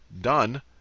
done